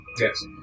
Yes